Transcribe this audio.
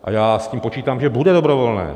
A já s tím počítám, že bude dobrovolné.